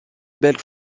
belle